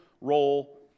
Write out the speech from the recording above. role